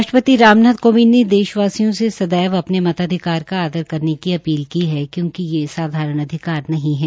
राष्ट्रपति राम नाथ कोविंद ने देशवासियों से सदैव अपने मताधिकार का आदर करने की अपील की है क्योकि ये साधारण अधिकार नहीं है